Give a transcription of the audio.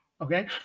okay